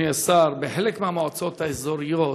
אדוני השר, בחלק מהמועצות האזוריות